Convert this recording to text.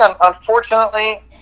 unfortunately